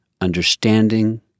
understanding